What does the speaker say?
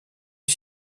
est